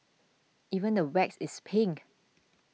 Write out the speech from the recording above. even the wax is pink